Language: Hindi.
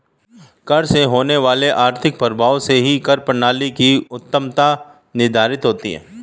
कर से होने वाले आर्थिक प्रभाव से ही कर प्रणाली की उत्तमत्ता निर्धारित होती है